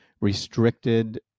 restricted